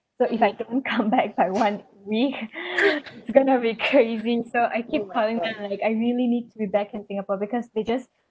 so if I don't come back by one week it's gonna be crazy so I keep calling them I really need to be back in singapore because they just